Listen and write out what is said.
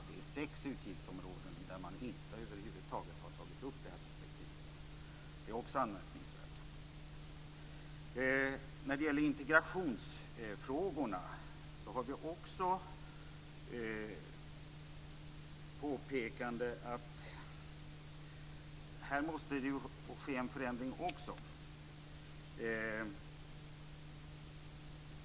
Inom sex utgiftsområden har man över huvud taget inte tagit upp det här perspektivet. Också det är anmärkningsvärt. Även när det gäller integrationsfrågorna påpekas det att det måste ske en förändring.